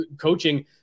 coaching